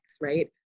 right